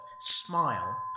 smile